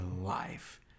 life